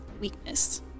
weakness